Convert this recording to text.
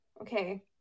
okay